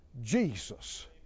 Jesus